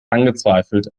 angezweifelt